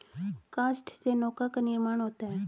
काष्ठ से नौका का निर्माण होता है